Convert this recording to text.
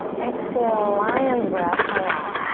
exhale, lion's breath, tongue out.